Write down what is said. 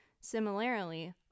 Similarly